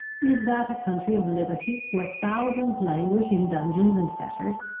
is that a country of liberty, where thousands languish in dungeons and fetters?